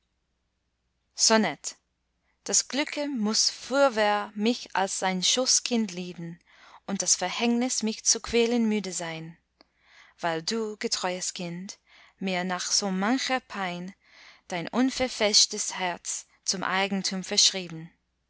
sonett das glücke muß fürwahr mich als sein schoßkind lieben und das verhängnis mich zu quälen müde sein weil du getreues kind mir nach so mancher pein dein unverfälschtes herz zum eigentum verschrieben